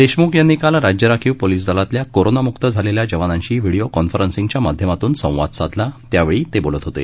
ोखम्ख यांनी काल राज्य राखीव पोलीस लातल्या कोरोनामुक्त झालेल्या जवानांशी व्हिडिओ कॉन्फरन्सींगच्या माध्यमातून संवा साधला त्यावेळी ते बोलत होते